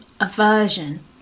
aversion